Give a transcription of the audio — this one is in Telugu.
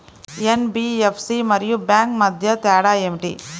ఎన్.బీ.ఎఫ్.సి మరియు బ్యాంక్ మధ్య తేడా ఏమిటీ?